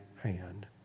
hand